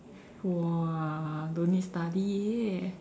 !wah! don't need study eh